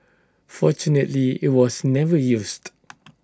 fortunately IT was never used